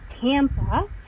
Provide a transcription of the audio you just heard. Tampa